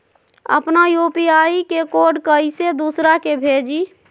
अपना यू.पी.आई के कोड कईसे दूसरा के भेजी?